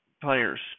players